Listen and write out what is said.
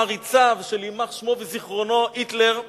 מעריציו של יימח שמו וזיכרונו היטלר,